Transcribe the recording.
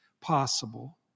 possible